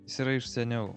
jis yra iš seniau